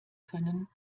können